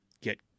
get